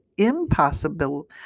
impossible